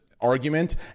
argument